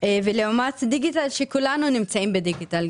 לעומת דיגיטל שכולנו נמצאים בדיגיטל,